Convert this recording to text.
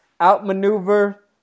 Outmaneuver